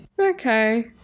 Okay